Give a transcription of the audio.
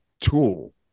tool